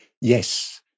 Yes